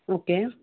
okay